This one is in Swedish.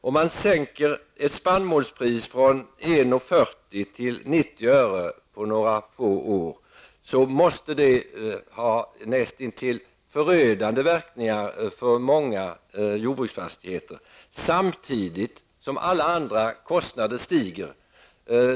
Om man sänker ett spannmålspris från 1:40 kr. till 90 öre på några få år måste detta få näst intill förödande verkningar för många jordbruksfastigheter, samtidigt som alla andra kostnader stiger.